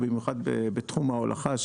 במיוחד בתחום ההולכה,